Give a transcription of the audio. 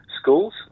schools